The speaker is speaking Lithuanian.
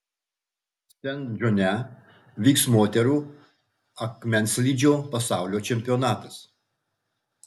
sent džone vyks moterų akmenslydžio pasaulio čempionatas